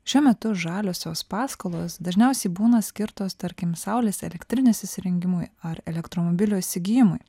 šiuo metu žaliosios paskolos dažniausiai būna skirtos tarkim saulės elektrinės įsirengimui ar elektromobilio įsigijimui